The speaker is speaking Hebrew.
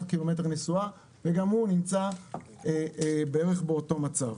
קילומטר נסועה וגם הוא נמצא בערך באותו מצב.